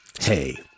Hey